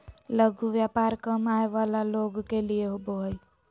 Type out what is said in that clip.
लघु व्यापार कम आय वला लोग के लिए होबो हइ